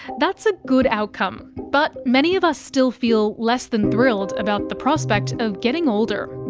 that's a good outcome. but many of us still feel less than thrilled about the prospect of getting older.